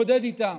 להתמודד איתה.